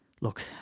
look